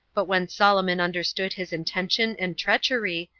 but when solomon understood his intention and treachery,